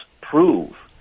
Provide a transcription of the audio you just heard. prove